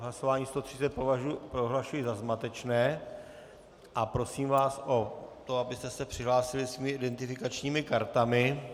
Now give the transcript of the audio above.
Hlasování 130 prohlašuji za zmatečné a prosím vás o to, abyste se přihlásili svými identifikačními kartami.